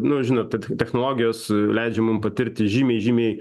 nu žinot kad technologijos leidžia mums patirti žymiai žymiai